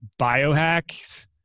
biohacks